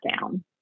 down